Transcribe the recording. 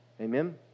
Amen